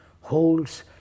holds